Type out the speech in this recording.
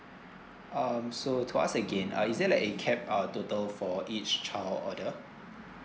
um so to ask again uh is there like a cap uh total for each child order